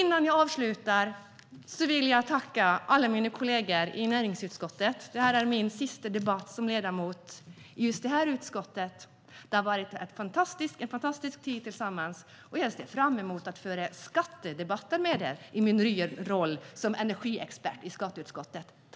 Låt mig avsluta med att tacka alla mina kollegor i näringsutskottet. Det här är min sista debatt som ledamot i just detta utskott. Det har varit en fantastisk tid. Nu ser jag fram emot att föra skattedebatter med er i min nya roll som energiexpert i skatteutskottet.